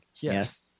Yes